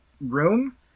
room